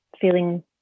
feeling